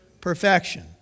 perfection